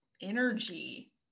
energy